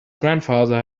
grandfather